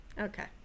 Okay